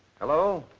hello?